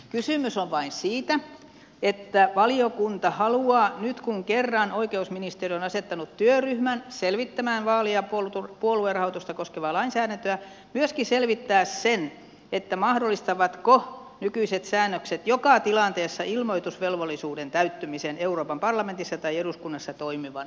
kysymys on vain siitä että valiokunta haluaa nyt kun kerran oikeusministeriö on asettanut työryhmän selvittämään vaali ja puoluerahoitusta koskevaa lainsäädäntöä myöskin selvittää sen mahdollistavatko nykyiset säännökset joka tilanteessa ilmoitusvelvollisuuden täyttymisen euroopan parlamentissa tai eduskunnassa toimivan osalta